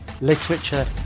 Literature